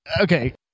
okay